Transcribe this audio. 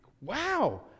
wow